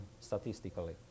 statistically